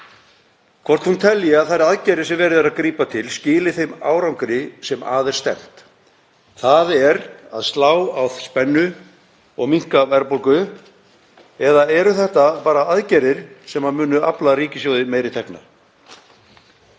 hvort hún telji að þær aðgerðir sem verið er að grípa til skili þeim árangri sem að er stefnt, þ.e. að slá á þá spennu og minnka verðbólgu. Eða eru þetta bara aðgerðir sem munu afla ríkissjóði meiri tekna?